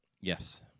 yes